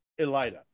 elida